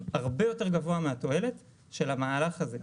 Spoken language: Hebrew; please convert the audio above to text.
הרבה יותר גבוה מהתועלת של המהלך הזה.